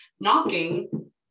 knocking